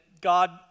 God